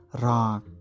rock